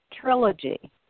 trilogy